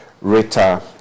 rita